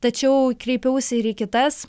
tačiau kreipiausi ir į kitas